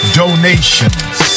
donations